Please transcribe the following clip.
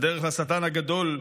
בדרך לשטן הגדול,